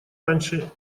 раньше